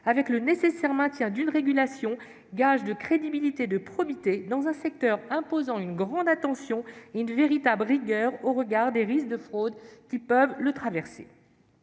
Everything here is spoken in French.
avec le nécessaire maintien d'une régulation, gage de crédibilité et de probité dans un secteur imposant une grande attention et une véritable rigueur au regard des risques de fraudes qui peuvent le traverser.